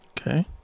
Okay